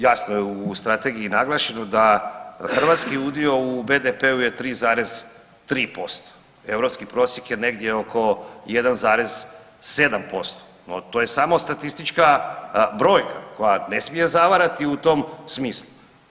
Jasno je u strategiji naglašeno da hrvatski udio u BDP-u je 3,3%, europski prosjek je negdje oko 1,7% no to je samo statistička brojka koja ne smije zavarati u tom smislu.